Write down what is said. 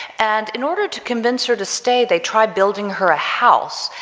and in order to convince her to stay they try building her a house.